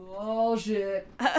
Bullshit